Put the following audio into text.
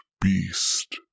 beast